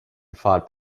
fought